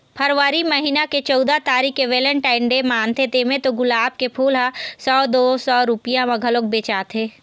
फरवरी महिना के चउदा तारीख के वेलेनटाइन डे मनाथे तेमा तो गुलाब के फूल ह सौ दू सौ रूपिया म घलोक बेचाथे